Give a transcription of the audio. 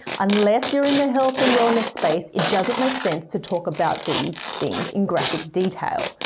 unless you're in the health and wellness space, it doesn't make sense to talk about these things in graphic detail.